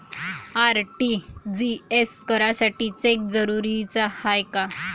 RTGS करासाठी cheque जरुरीचा हाय काय?